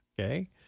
Okay